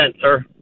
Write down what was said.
sir